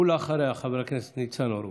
ואחריה, חבר הכנסת ניצן הורוביץ.